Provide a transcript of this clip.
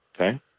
Okay